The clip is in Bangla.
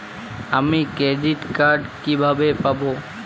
আমি ক্রেডিট কার্ড কিভাবে পাবো?